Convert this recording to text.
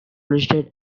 listed